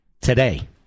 today